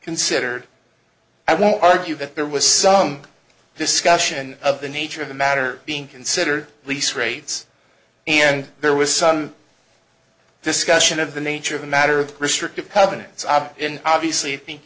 considered i won't argue that there was some discussion of the nature of the matter being considered lease rates and there was some discussion of the nature of the matter of restrictive covenants i in obviously